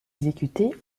exécutée